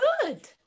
good